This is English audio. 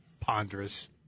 ponderous